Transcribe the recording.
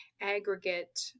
aggregate